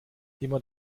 immer